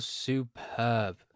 Superb